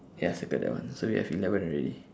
ya circle that one so we have eleven already